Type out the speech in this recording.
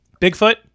Bigfoot